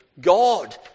God